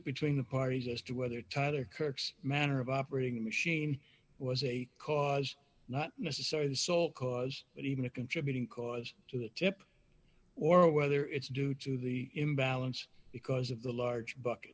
between the parties as to whether tyler kirk's manner of operating a machine was a cause not necessarily the sole cause or even a contributing cause to the chip or whether it's due to the imbalance because of the large buck